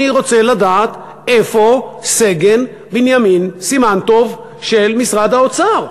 אני רוצה לדעת איפה סגן בנימין סימן-טוב של משרד האוצר,